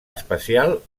especial